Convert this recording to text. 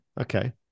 Okay